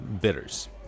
bitters